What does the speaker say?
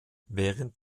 während